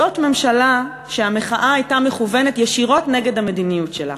זאת ממשלה שהמחאה הייתה מכוונת ישירות נגד המדיניות שלה.